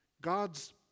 god's